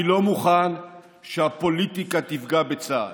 אני לא מוכן שהפוליטיקה תפגע בצה"ל.